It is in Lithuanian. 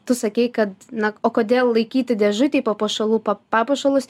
tu sakei kad na o kodėl laikyti dėžutėj papuošalų papuošalus